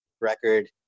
record